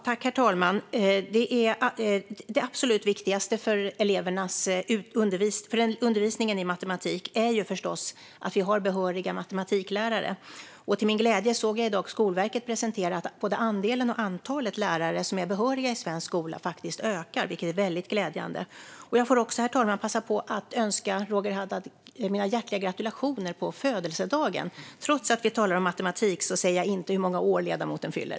Herr talman! Det absolut viktigaste för undervisningen i matematik är förstås att vi har behöriga matematiklärare. Till min glädje såg jag i dag att Skolverket presenterade att både andelen och antalet lärare som är behöriga i svensk skola faktiskt ökar. Herr talman! Låt mig också passa på att framföra mina hjärtliga gratulationer till Roger Haddad på födelsedagen. Trots att vi talar om matematik säger jag inte hur många år ledamoten fyller.